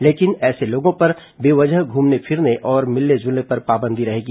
लेकिन ऐसे लोगों पर बेवजह घूमने फिरने और मिलने जुलने की पाबंदी रहेगी